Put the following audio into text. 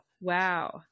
Wow